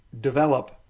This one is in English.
develop